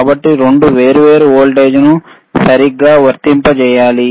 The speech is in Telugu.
కాబట్టి నేను 2 వేర్వేరు వోల్టేజ్లను సరిగ్గా వర్తింపజేయాలి